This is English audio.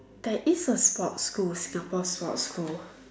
there is a sports school Singapore sports school